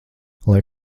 lai